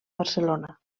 barcelona